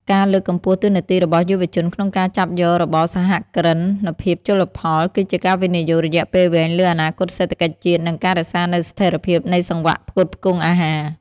ការលើកកម្ពស់តួនាទីរបស់យុវជនក្នុងការចាប់យករបរសហគ្រិនភាពជលផល គឺជាការវិនិយោគរយៈពេលវែងលើអនាគតសេដ្ឋកិច្ចជាតិ និងការរក្សានូវស្ថិរភាពនៃសង្វាក់ផ្គត់ផ្គង់អាហារ។